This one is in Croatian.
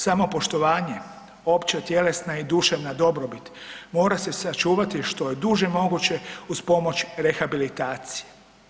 Samopoštovanje, opća tjelesna i duševna dobrobit mora se sačuvati što je duže moguće uz pomoć rehabilitacije.